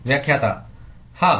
व्याख्याता हाँ